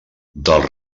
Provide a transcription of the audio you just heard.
dels